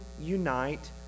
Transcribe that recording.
unite